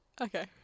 Okay